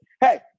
hey